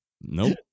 Nope